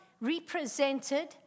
represented